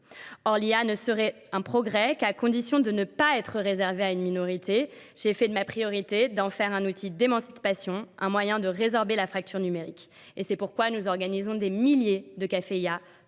Or, l'IA ne serait un progrès qu'à condition de ne pas être réservé à une minorité. J'ai fait de ma priorité d'en faire un outil d'émancipation, un moyen de résorber la fracture numérique. Et c'est pourquoi nous organisons des milliers de cafés